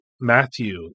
Matthew